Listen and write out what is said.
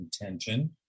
intention